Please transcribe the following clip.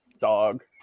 dog